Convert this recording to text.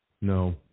No